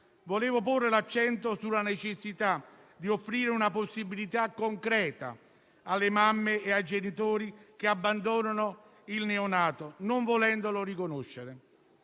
volevo porre l'accento sulla necessità di offrire una possibilità concreta alle mamme e ai genitori che abbandonano il neonato, non volendolo riconoscere.